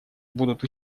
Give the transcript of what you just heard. будут